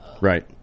Right